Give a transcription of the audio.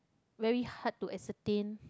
very hard to ascertain